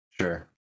sure